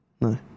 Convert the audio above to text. No